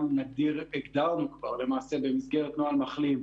גם הגדרנו כבר למעשה במסגרת נוהל מחלים,